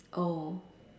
oh